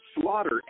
slaughter